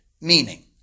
meaning